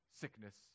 sickness